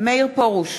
מאיר פרוש,